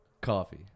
Coffee